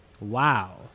Wow